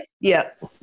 Yes